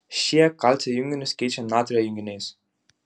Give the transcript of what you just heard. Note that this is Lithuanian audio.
šie kalcio junginius keičia natrio junginiais